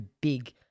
big